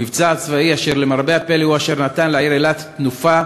מבצע צבאי אשר למרבה הפלא הוא אשר נתן לעיר אילת תנופה,